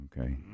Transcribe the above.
Okay